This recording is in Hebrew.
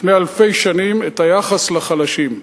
לפני אלפי שנים, את היחס לחלשים,